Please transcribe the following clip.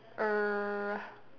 err